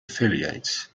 affiliates